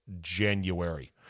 January